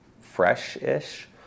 fresh-ish